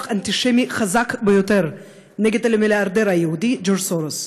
אנטישמי חזק ביותר נגד המיליארדר היהודי ג'ורג' סורוס.